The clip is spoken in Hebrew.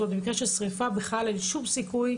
כך שבמקרה של שריפה לתושבים אין שום סיכוי